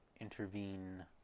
intervene